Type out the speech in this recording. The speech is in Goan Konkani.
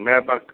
मेळपाक